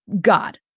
God